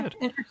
good